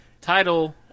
title